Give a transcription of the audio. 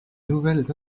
nouvelles